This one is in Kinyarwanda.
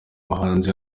muhanzi